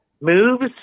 moves